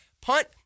punt